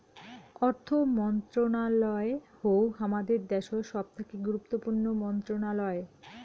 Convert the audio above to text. অর্থ মন্ত্রণালয় হউ হামাদের দ্যাশোত সবথাকি গুরুত্বপূর্ণ মন্ত্রণালয়